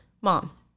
Mom